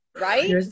Right